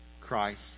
Christ